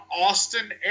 Austin